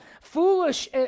foolish